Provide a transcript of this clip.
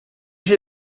j’ai